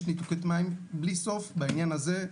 יש ניתוקי מים בלי סוף בעניין הזה.